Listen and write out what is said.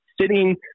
sitting